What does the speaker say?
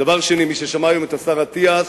דבר שני, מי ששמע היום את השר אטיאס